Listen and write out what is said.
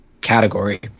category